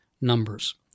numbers